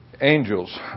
Angels